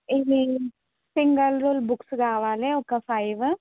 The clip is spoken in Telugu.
ఇది సింగల్ రూల్ బుక్స్ కావాలి ఒక ఫైవ్